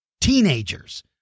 Teenagers